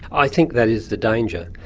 i think that is the danger.